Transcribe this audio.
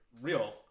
real